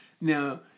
Now